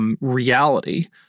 reality